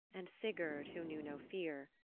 and sigurd, who knew no fear,